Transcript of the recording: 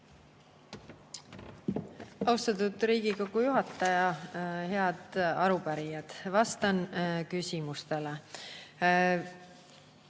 Austatud Riigikogu juhataja! Head arupärijad! Vastan küsimustele.